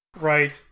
Right